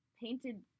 painted